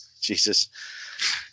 Jesus